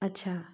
अच्छा